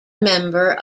member